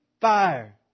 fire